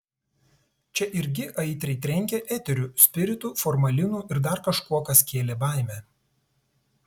čia irgi aitriai trenkė eteriu spiritu formalinu ir dar kažkuo kas kėlė baimę